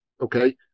Okay